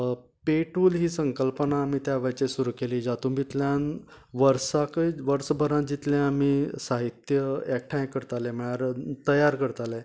पेटूल ही संकल्पना आमी त्या वेळाचेर सुरू केली ज्यातूंतल्यान वर्साकय वर्स भरा जितलें आमी साहित्य एकठांय करतालें म्हळ्यार तयार करतालें